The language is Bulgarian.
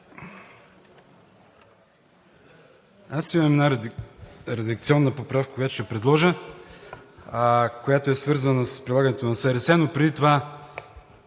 Имам една редакционна поправка, която ще предложа, свързана с прилагането на СРС, но преди това